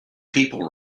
people